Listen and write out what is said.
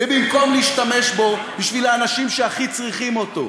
ובמקום להשתמש בו בשביל האנשים שהכי צריכים אותו,